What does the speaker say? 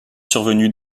survenus